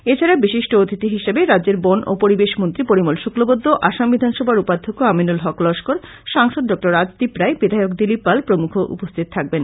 এছাড়া বিশিষ্ট অতিথি হিসেবে রাজ্যের বন ও পরিবেশ মন্ত্রী পরিমল শুক্লবৈদ্য আসাম বিধানসভার উপাধ্যক্ষ আমিনুল হক লস্কর সাংসদ ডক্টর রাজদীপ রায় বিধায়ক দিলীপ পাল প্রমূখ উপস্থিত থাকবেন